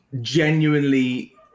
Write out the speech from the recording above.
genuinely